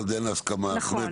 במקום "החוקה חוק ומשפט"